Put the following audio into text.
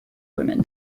women